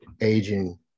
aging